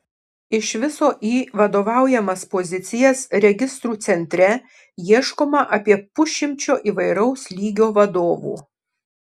iš viso į vadovaujamas pozicijas registrų centre ieškoma apie pusšimčio įvairaus lygio vadovų